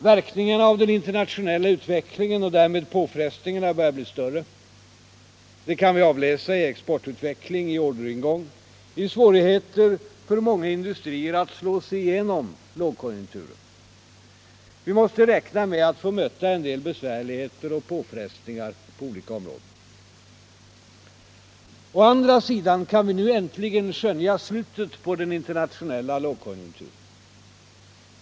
Verkningarna av den internationella utvecklingen och därmed påfrestningarna börjar bli större, Det kan vi avläsa i exportutveckling, i orderingång, i svårigheter för många industrier att slå sig igenom lågkonjunkturen. Vi måste räkna med att få möta en del besvärligheter och påfrestningar på olika områden. Å andra sidan kan vi nu äntligen skönja slutet på den internationella lågkonjunkturen.